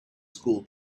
school